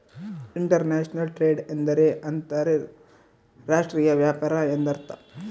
inter national trade ಎಂದರೆ ಅಂತರ್ ರಾಷ್ಟ್ರೀಯ ವ್ಯಾಪಾರ ಎಂದರ್ಥ